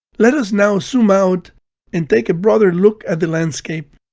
let us now zoom out and take a broader look at the landscape.